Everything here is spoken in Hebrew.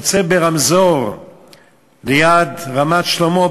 עוצר ברמזור ליד רמת-שלמה,